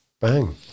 bang